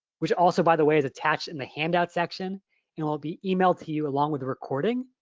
which also, by the way, is attached in the handout section and will be emailed to you along with a recording.